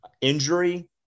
injury